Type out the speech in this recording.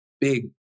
big